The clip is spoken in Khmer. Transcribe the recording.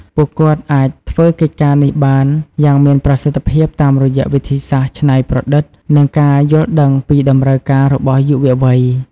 ពួកគាត់អាចធ្វើកិច្ចការនេះបានយ៉ាងមានប្រសិទ្ធភាពតាមរយៈវិធីសាស្ត្រច្នៃប្រឌិត និងការយល់ដឹងពីតម្រូវការរបស់យុវវ័យ។